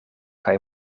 kaj